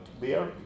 beer